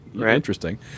interesting